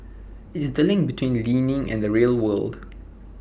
it's the link between learning and the real world